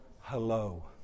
hello